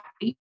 happy